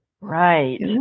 Right